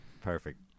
Perfect